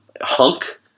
Hunk